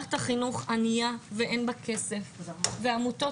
שמערכת החינוך ענייה ואין בה כסף ועמותות